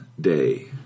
day